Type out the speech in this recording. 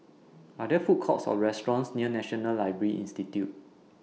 Are There Food Courts Or restaurants near National Library Institute